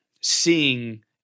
seeing